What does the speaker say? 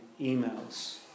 emails